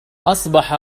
أصبح